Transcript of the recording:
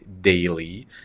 daily